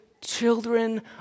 children